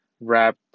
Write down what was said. wrapped